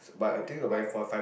what what